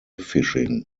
fishing